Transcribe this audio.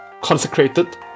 consecrated